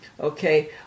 Okay